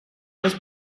was